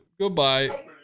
Goodbye